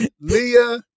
Leah